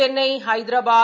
Chennai Hyderabad